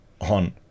on